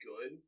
good